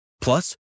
Plus